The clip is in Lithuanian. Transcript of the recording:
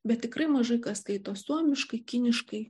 bet tikrai mažai kas skaito suomiškai kiniškai